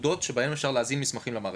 שבהן אפשר להזין מסמכים למערכת.